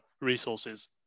resources